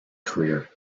career